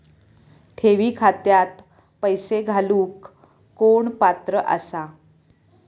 ठेवी खात्यात पैसे घालूक कोण पात्र आसा?